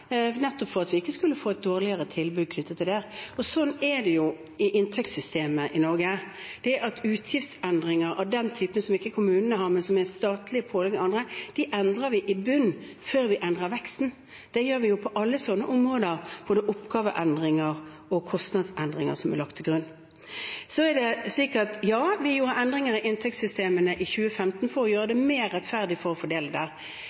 nettopp for at vi ikke skulle få et dårligere tilbud knyttet til det. Sånn er det i inntektssystemet i Norge. Utgiftsendringer av den typen som ikke kommunene har, men som er statlige pålegg og andre, endrer vi i bunnen før vi endrer veksten. Det gjør vi på alle områder hvor det er oppgaveendringer og kostnadsendringer som er lagt til grunn. Det er slik at ja, vi gjorde endringene i inntektssystemene i 2015 for å gjøre det mer rettferdig å fordele.